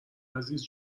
عزیز